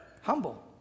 Humble